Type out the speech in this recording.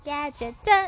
Gadget